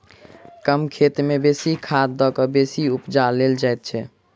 कम खेत मे बेसी खाद द क बेसी उपजा लेल जाइत छै